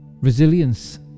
Resilience